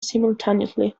simultaneously